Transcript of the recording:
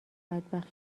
بدبخت